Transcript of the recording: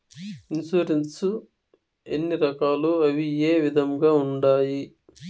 insurance ఎన్ని రకాలు అవి ఏ విధంగా ఉండాయి